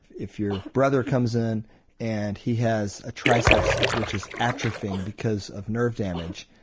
if your brother comes in and he has a triceps which is atrophying because of nerve damage,